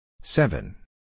seven